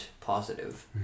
positive